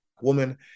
woman